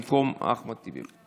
במקום אחמד טיבי.